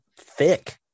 Thick